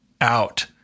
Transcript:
out